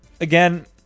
Again